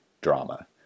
drama